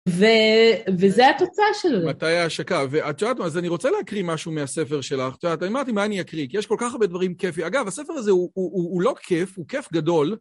ו.. וזה התוצאה של זה. מתי ההשקה? ואת יודעת מה, אז אני רוצה להקריא משהו מהספר שלך, אתה יודעת, אני אמרתי, מה אני אקריא, כי יש כל כך הרבה דברים כיפים. אגב, הספר הזה הוא לא כיף, הוא כיף גדול,